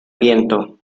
viento